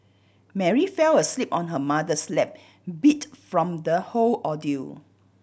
Mary fell asleep on her mother's lap beat from the whole ordeal